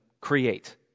create